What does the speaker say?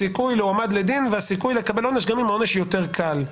הסיכוי להעמדה לדין והסיכוי לקבל עונש גם אם העונש יותר קל.